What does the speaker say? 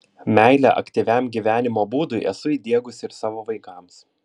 meilę aktyviam gyvenimo būdui esu įdiegusi ir savo vaikams